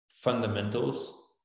fundamentals